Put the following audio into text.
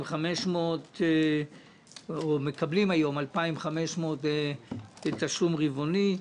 הם מקבלים היום 2,500 בתשלום רבעוני.